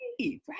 Right